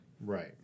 Right